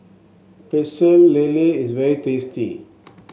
Pecel Lele is very tasty